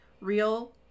real